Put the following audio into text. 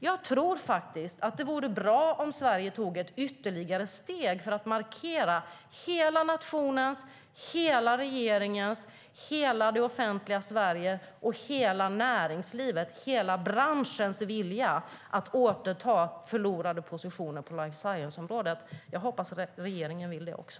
Jag tror att det vore bra om Sverige tog ett ytterligare steg för att markera hela nationens, hela regeringens, hela det offentliga Sveriges, hela näringslivets, hela branschens vilja att återta förlorade positioner på life science-området. Jag hoppas att regeringen vill det också.